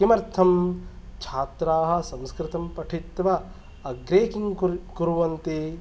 किमर्थें छात्राः संस्कृतं पठित्वा अग्रे किं कुर्वन्ति